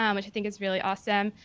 um which i think is really awesome.